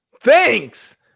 Thanks